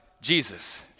Jesus